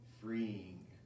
freeing